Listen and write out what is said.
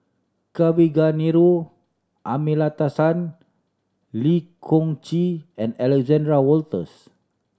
Kavignareru Amallathasan Lee Choon Kee and Alexander Wolters